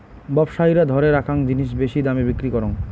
ব্যবসায়ীরা ধরে রাখ্যাং জিনিস বেশি দামে বিক্রি করং